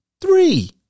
Three